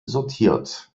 sortiert